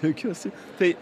juokiuosi tai